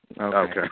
Okay